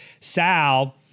Sal